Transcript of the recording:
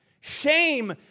Shame